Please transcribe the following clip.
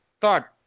thought